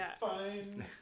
fine